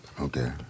okay